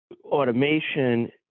automation